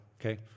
okay